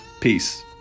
Peace